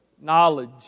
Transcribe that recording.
knowledge